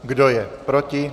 Kdo je proti?